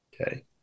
Okay